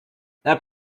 that